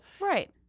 Right